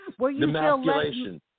Demasculation